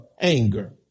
anger